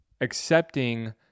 accepting